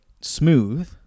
smooth